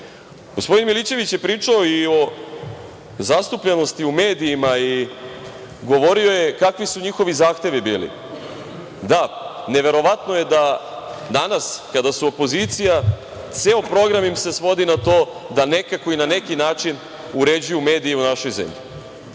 Govorio je i o zastupljenosti i u medijima, govorio je kakvi su njihovi zahtevi bili. Da, neverovatno je da danas kada su opozicija ceo program im se svodi na to da nekako i na neki način uređuju medije u našoj zemlji. Kada